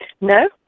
No